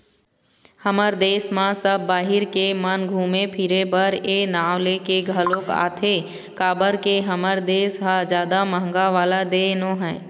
हमर देस म सब बाहिर के मन घुमे फिरे बर ए नांव लेके घलोक आथे काबर के हमर देस ह जादा महंगा वाला देय नोहय